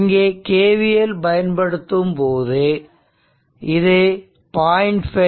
இங்கு KVL பயன்படுத்தும் போது இது 0